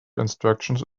instructions